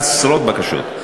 עשרות בקשות.